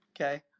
okay